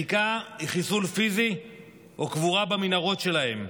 מחיקה היא חיסול פיזי או קבורה במנהרות שלהם.